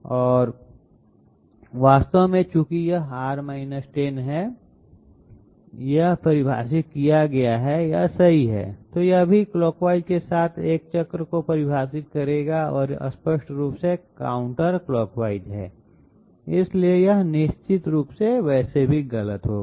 और वास्तव में चूंकि यह r 10 है यह परिभाषित किया गया है कि यह सही है तो यह भी क्लाकवाइज के साथ एक चक्र को परिभाषित करेगा और यह स्पष्ट रूप से काउंटर क्लॉक वाइज है इसलिए यह निश्चित रूप से वैसे भी गलत होगा